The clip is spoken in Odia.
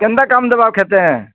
କେନ୍ତା କାମ୍ ଦେବା ଖେତେ